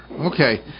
Okay